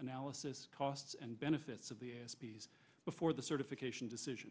analysis costs and benefits of the species before the certification decision